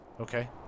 Okay